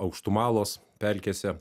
aukštumalos pelkėse